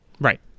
Right